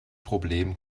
problem